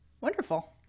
Wonderful